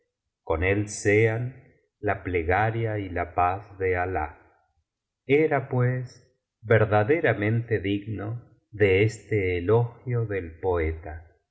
con él sean la plegaria y la paz de alah era pues verdaderamente digno de este elogio del poeta